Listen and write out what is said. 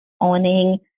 owning